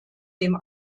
dem